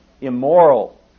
Immoral